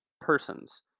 persons